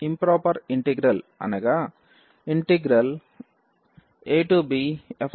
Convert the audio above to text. improper integral అనగా integral abfxdxఇంప్రొపెర్